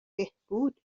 بهبود